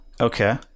Okay